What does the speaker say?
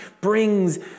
brings